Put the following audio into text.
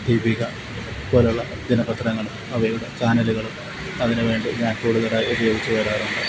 ദീപിക പോലുള്ള ദിനപത്രങ്ങള് അവയുടെ ചാനലുകളും അതിന് വേണ്ടി ഞാന് കൂടുതലായിട്ട് ഉപയോഗിച്ച് വരാറുണ്ട്